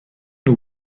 nhw